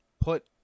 put